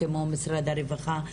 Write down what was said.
כמו משרדי הרווחה,